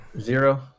zero